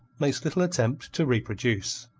makes little attempt to reproduce.